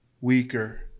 weaker